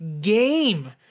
game